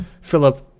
Philip